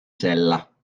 sella